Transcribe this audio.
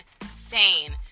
insane